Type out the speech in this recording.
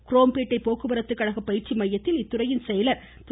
குரோம்பேட்டை போக்குவரத்துகழக பயிற்சி மையத்தில் இத்துறையின் செயலர் திரு